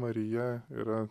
marija yra